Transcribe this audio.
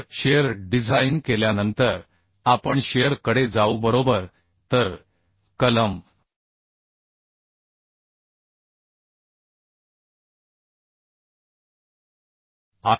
तर shear design केल्यानंतर आपण शिअर कडे जाऊ बरोबर तर कलम 8